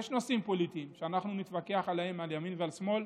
יש נושאים פוליטיים שאנחנו נתווכח עליהם על ימין ועל שמאל.